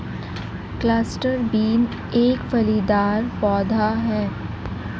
cluster bean एक फलीदार पौधा है